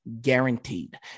guaranteed